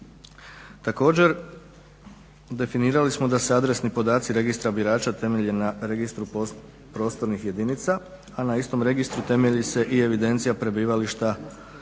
Također definirali smo da se adresni podaci Registra birača temelje na Registru prostornih jedinica a na istom registru temelji se i evidencija prebivališta